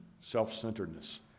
self-centeredness